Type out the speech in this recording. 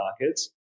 markets